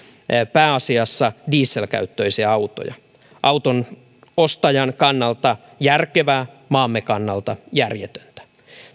pääasiassa dieselkäyttöisiä autoja auton ostajan kannalta järkevää maamme kannalta järjetöntä